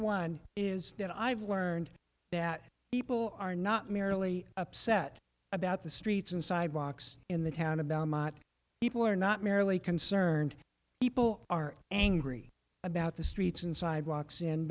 one is that i've learned that people are not merely upset about the streets and sidewalks in the town about mot people are not merely concerned people are angry about the streets and sidewalks and